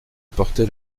portait